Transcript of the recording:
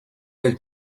del